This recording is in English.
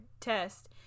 test